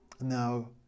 now